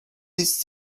this